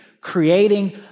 creating